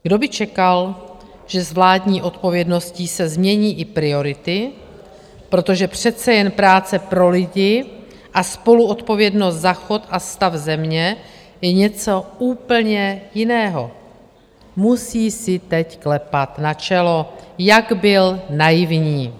Kdo by čekal, že s vládní odpovědností se změní i priority, protože přece jen práce pro lidi a spoluodpovědnost za chod a stav země je něco úplně jiného, musí si teď klepat na čelo, jak byl naivní.